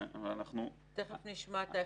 תיכף נשמע.